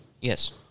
Yes